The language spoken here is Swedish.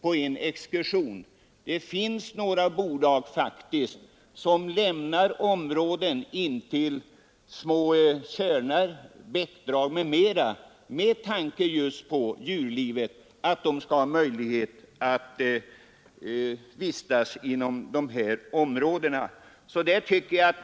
Det finns faktiskt några bolag som lämnar kvar skogsområden intill små tjärnar, bäckdrag m.m. med tanke på att djuren där skall kunna fortleva.